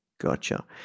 Gotcha